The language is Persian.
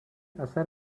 اثر